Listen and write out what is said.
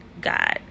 God